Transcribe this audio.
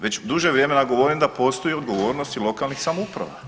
Već duže vrijeme ja govorim da postoji i odgovornost i lokalnih samouprava.